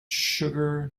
sugar